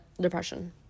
depression